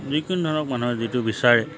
যিকোনো ধৰণৰ মানুহে যিটো বিচাৰে